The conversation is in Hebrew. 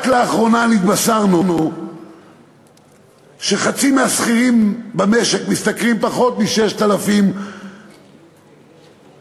רק לאחרונה נתבשרנו שחצי מהשכירים במשק משתכרים פחות מ-6,000 ש"ח,